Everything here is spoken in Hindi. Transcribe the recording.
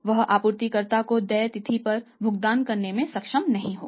वह आपूर्तिकर्ता को देय तिथि पर भुगतान करने में सक्षम नहीं होगा